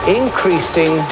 increasing